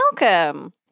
welcome